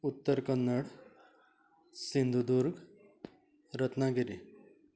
Uttar Kannada Sindhudurg Ratnagiri